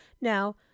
Now